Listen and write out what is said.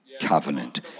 covenant